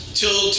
till